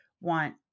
want